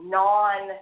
non